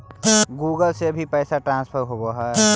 Google से भी पैसा ट्रांसफर होवहै?